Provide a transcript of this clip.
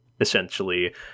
essentially